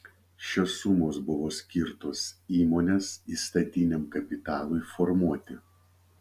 šios sumos buvo skirtos įmonės įstatiniam kapitalui formuoti